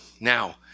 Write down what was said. now